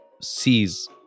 sees